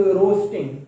roasting